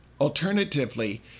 Alternatively